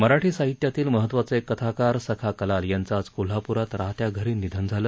मराठी साहित्यातील महत्त्वाचे कथाकार सखा कलाल यांचं आज कोल्हापूरात राहत्या घरी निधन झालं